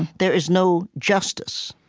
there is no justice.